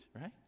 right